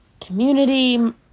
community